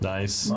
Nice